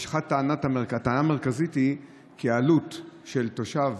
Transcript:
הטענה המרכזית היא כי העלות של תושב